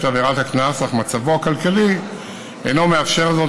הקנס אך מצבו הכלכלי אינו מאפשר זאת,